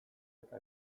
eta